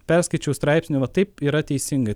perskaičiau straipsnį va taip yra teisinga